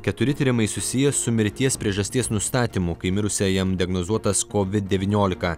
keturi tyrimai susiję su mirties priežasties nustatymu kai mirusiajam diagnozuotas kovid devyniolika